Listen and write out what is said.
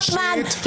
רוטמן,